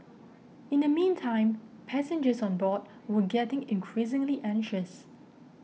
in the meantime passengers on board were getting increasingly anxious